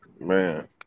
Man